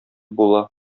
була